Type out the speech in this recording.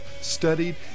studied